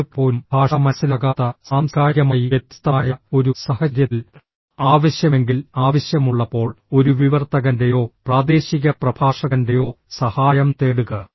നിങ്ങൾക്ക് പോലും ഭാഷ മനസ്സിലാകാത്ത സാംസ്കാരികമായി വ്യത്യസ്തമായ ഒരു സാഹചര്യത്തിൽ ആവശ്യമെങ്കിൽ ആവശ്യമുള്ളപ്പോൾ ഒരു വിവർത്തകന്റെയോ പ്രാദേശിക പ്രഭാഷകന്റെയോ സഹായം തേടുക